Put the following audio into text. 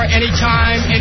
anytime